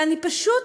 פשוט,